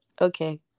okay